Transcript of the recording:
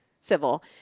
civil